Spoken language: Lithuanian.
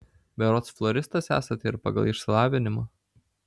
berods floristas esate ir pagal išsilavinimą